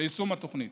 התוכנית